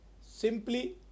Simply